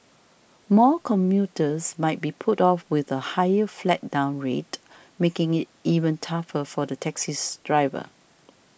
more commuters might be put off with a higher flag down rate making it even tougher for the taxis drivers